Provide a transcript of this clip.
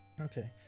Okay